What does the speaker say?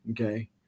okay